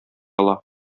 ала